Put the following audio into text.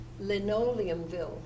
linoleumville